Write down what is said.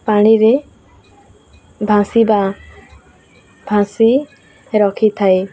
ପାଣିରେ ଭାସିବା ଭାସି ରଖିଥାଏ